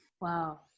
Wow